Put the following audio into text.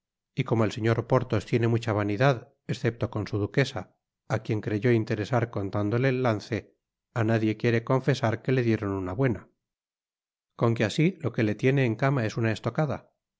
y como el señor porthos tiene mucha vanidad escepto con su duquesa á quien creyó interesar contándole el lance á nadie quiere confesar que le dieron una buena con que así lo que le tiene en cama es una estocada